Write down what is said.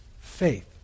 faith